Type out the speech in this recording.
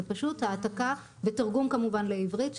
זה פשוט העתקה בתרגום כמובן לעברית,